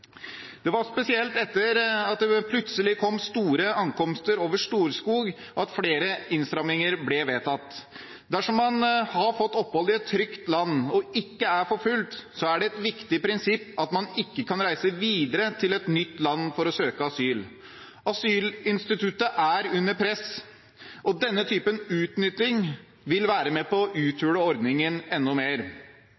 Det var spesielt etter at det plutselig kom store ankomster over Storskog, at flere innstramninger ble vedtatt. Dersom man har fått opphold i et trygt land og ikke er forfulgt, er det et viktig prinsipp at man ikke kan reise videre til et nytt land for å søke asyl. Asylinstituttet er under press, og denne typen utnytting vil være med på å